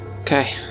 Okay